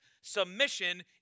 Submission